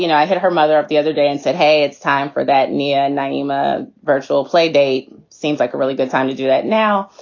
you know i had her mother the other day and said, hey, it's time for that nia nyima virtual play date seems like a really good time to do that now.